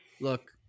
look